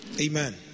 Amen